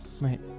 Right